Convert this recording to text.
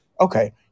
Okay